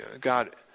God